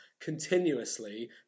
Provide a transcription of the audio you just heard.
continuously